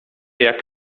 jak